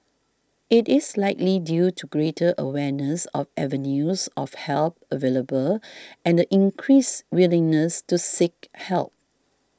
it is likely due to greater awareness of avenues of help available and the increased willingness to seek help